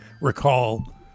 recall